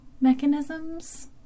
mechanisms